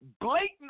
blatant